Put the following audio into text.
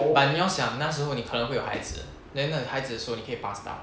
but 你要想那时候你可能会有孩子 then 那你孩子的时候你可以 pass down